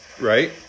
Right